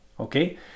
Okay